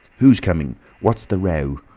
who's coming? what's the row?